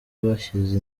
bashyize